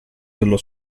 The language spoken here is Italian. dello